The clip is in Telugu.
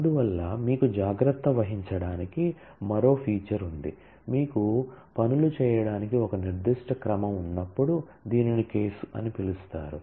అందువల్ల మీకు జాగ్రత్త వహించడానికి మరో ఫీచర్ ఉంది మీకు పనులు చేయడానికి ఒక నిర్దిష్ట క్రమం ఉన్నప్పుడు దీనిని కేసు అని పిలుస్తారు